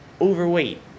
overweight